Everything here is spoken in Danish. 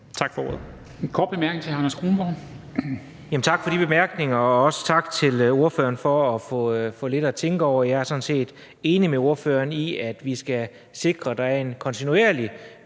fra hr. Anders Kronborg. Kl. 13:11 Anders Kronborg (S): Tak for de bemærkninger, og også tak til ordføreren for at få lidt at tænke over. Jeg er sådan set enig med ordføreren i, at vi skal sikre, at der er en kontinuerlig